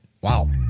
wow